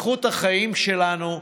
לאיכות החיים שלנו,